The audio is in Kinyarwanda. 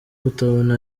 kutabona